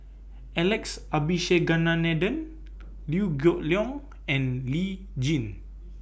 Alex Abisheganaden Liew Geok Leong and Lee Tjin